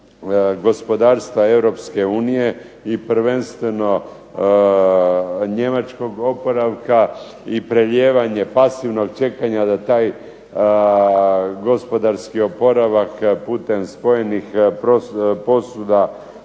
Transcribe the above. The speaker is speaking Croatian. gospodarstva Europske unije i prvenstveno njemačkog oporavka i prelijevanje pasivnog čekanja da taj gospodarski oporavak putem spojenih posuda,